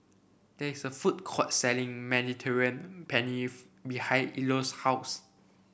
there is a food court selling Mediterranean behind Eloise's house